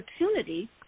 opportunity